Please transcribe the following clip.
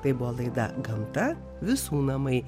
tai buvo laida gamta visų namai